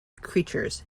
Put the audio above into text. creatures